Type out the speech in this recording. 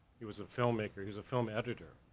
he was a filmmaker, he was a film editor,